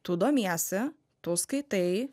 tu domiesi tu skaitai